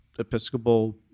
Episcopal